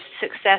success